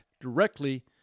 directly